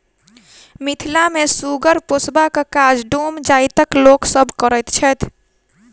मिथिला मे सुगर पोसबाक काज डोम जाइतक लोक सभ करैत छैथ